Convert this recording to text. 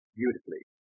beautifully